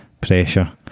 Pressure